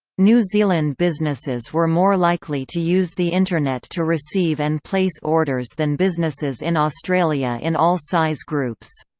new zealand businesses were more likely to use the internet to receive and place orders than businesses in australia in all size groups.